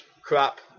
crap